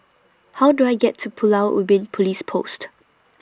How Do I get to Pulau Ubin Police Post